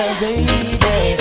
baby